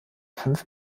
fünf